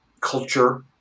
culture